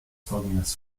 vorgängers